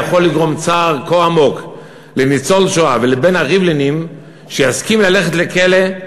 יכול לגרום צער כה עמוק לניצול שואה ולבן הריבלינים שיסכים ללכת לכלא,